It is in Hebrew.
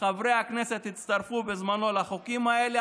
מחברי הכנסת הצטרפו בזמנו לחוקים האלה,